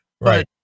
Right